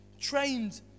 trained